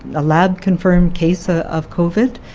a lab lab-confirmed case ah of covid.